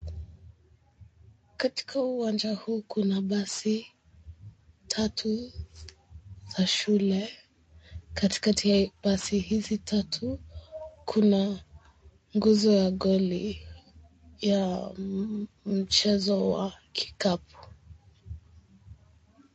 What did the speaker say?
Katika uwanja huu kuna basi tatu za shule. Katikati ya basi hizi tatu kuna nguzo ya goli ya mchezo wa kikapu.